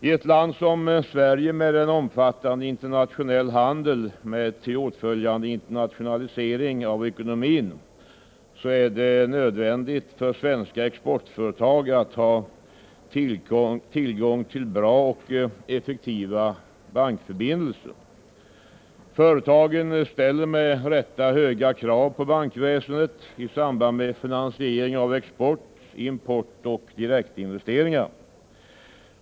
I ett land som Sverige med en omfattande internationell handel med ty åtföljande internationalisering av ekonomin är det en nödvändighet för svenska exportföretag att ha tillgång till bra bankförbindelser. Företagen ställer med rätta höga krav på bankväsendet i samband med finansiering av export, import och direktinvesteringar.